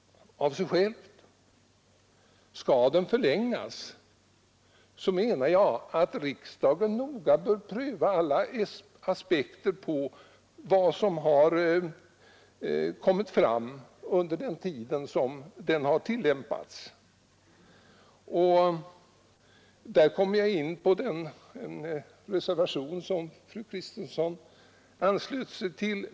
Skall den förlängas menar jag att riksdagen noga bör pröva alla aspekter på vad som har kommit fram under den tid den har tillämpats. Där kommer jag in på den reservation som fru Kristensson berörde.